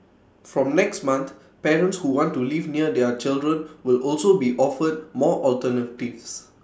from next month parents who want to live near their children will also be offered more alternatives